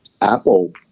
Apple